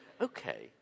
okay